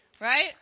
Right